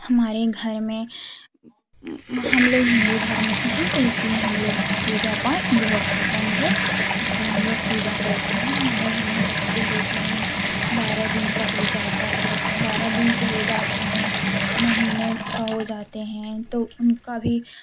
हमारे घर में हम लोग हिन्दू धर्म से हैं तो इसलिए हम लोग पूजा पाठ बहुत पसंद है इसलिए हम लोग पूजा करते हैं हमारे घर में बच्चे होते हैं बारह दिन का हो जाता है बारह दिन के हो जाते हैं महीने का का हो जाते हैं तो उनका भी